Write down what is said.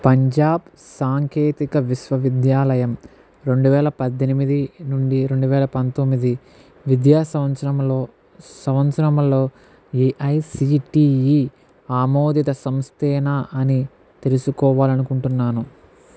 పంజాబ్ సాంకేతిక విశ్వవిద్యాలయం రెండు వేల పద్దెనిమిది నుండి రెండు వేల పంతొమ్మిది విద్యా సంవత్సరంలో సంవత్సరంలో ఏఐసిటిఈ ఆమోదిత సంస్థేనా అని తెలుసుకోవాలనుకుంటున్నాను